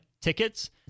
tickets